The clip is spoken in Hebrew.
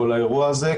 כל האירוע הזה,